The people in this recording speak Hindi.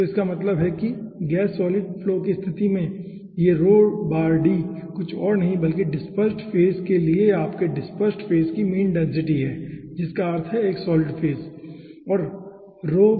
तो इसका मतलब है कि गैस सॉलिड फ्लो की स्तिथि में यह कुछ और नहीं बल्कि डिस्पेर्सेड फेज के लिए आपके डिस्पेर्सेड फेज कि मीन डेंसिटी है जिसका अर्थ है एक सॉलिड फेज